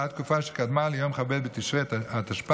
בעד תקופה שקדמה ליום כ"ב בתשרי התשפ"ד,